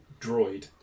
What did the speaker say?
droid